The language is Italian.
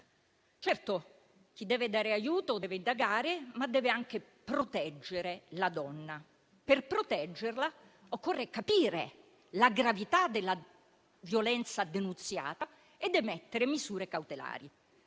Certamente, chi deve dare aiuto deve indagare, ma anche proteggere la donna. Per proteggerla occorre capire la gravità della violenza denunziata ed emettere misure cautelari,